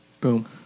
boom